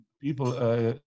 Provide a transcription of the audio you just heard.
people